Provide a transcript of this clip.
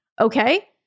okay